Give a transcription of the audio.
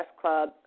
Club